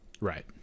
Right